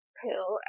pill